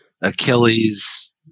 Achilles